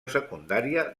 secundària